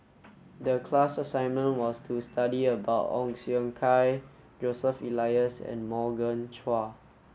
the class assignment was to study about Ong Siong Kai Joseph Elias and Morgan Chua